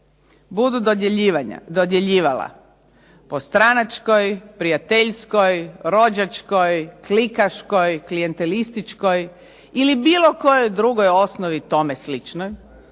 budu dodjeljivala po stranačkoj, prijateljskoj, rođačkoj, klikaškoj, klijentelističkoj ili bilo kojoj drugoj osnovi tome sličnoj